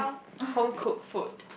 home cooked food